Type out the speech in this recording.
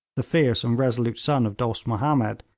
the fierce and resolute son of dost mahomed,